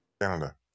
Canada